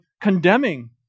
condemning